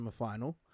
semifinal